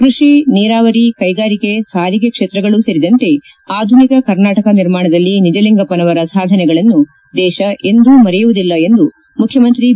ಕೃಷಿ ನೀರಾವರಿ ಕೈಗಾರಿಕೆ ಸಾರಿಗೆ ಕ್ಷೇತ್ರಗಳೂ ಸೇರಿದಂತೆ ಆಧುನಿಕ ಕರ್ನಾಟಕ ನಿರ್ಮಾಣದಲ್ಲಿ ನಿಜಲಿಂಗಪ್ಪನವರ ಸಾಧನೆಗಳನ್ನು ದೇಶ ಎಂದೂ ಮರೆಯುವುದಿಲ್ಲ ಎಂದು ಮುಖ್ಯಮಂತ್ರಿ ಬಿ